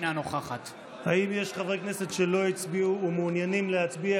אינה נוכחת האם יש חברי כנסת שלא הצביעו ומעוניינים להצביע?